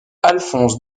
alphonse